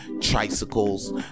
Tricycles